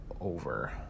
over